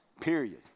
Period